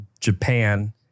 Japan